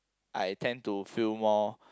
I tend to feel more